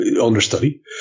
understudy